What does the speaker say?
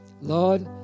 Lord